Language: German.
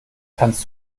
kannst